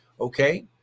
Okay